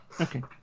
Okay